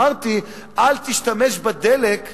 אני אמרתי: אל תשתמש בדלק,